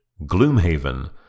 Gloomhaven